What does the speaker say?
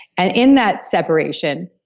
and in that separation,